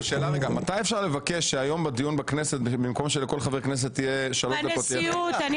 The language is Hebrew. על הוספת חבר הכנסת יונתן